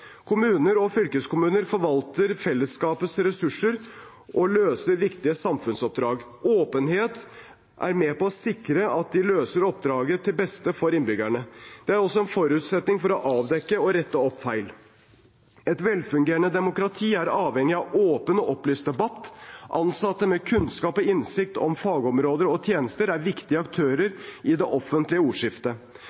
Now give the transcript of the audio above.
og fylkeskommuner forvalter fellesskapets ressurser og løser viktige samfunnsoppdrag. Åpenhet er med på å sikre at de løser oppdraget til beste for innbyggerne. Det er også en forutsetning for å avdekke og rette opp feil. Et velfungerende demokrati er avhengig av åpen og opplyst debatt. Ansatte med kunnskap og innsikt om fagområder og tjenester er viktige aktører